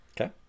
Okay